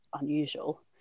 unusual